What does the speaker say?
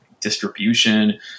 distribution